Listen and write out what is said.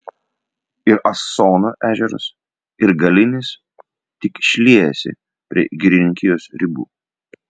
ir asono ežeras ir galinis tik šliejasi prie girininkijos ribų